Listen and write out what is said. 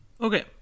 Okay